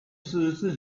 四十四